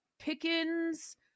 Pickens